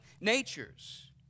natures